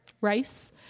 rice